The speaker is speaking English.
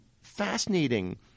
fascinating